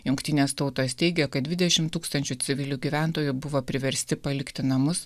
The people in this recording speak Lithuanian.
jungtinės tautos teigia kad dvidešim tūkstančių civilių gyventojų buvo priversti palikti namus